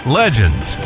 legends